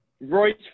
Royce